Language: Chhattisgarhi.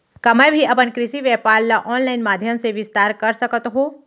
का मैं भी अपन कृषि व्यापार ल ऑनलाइन माधयम से विस्तार कर सकत हो?